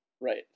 Right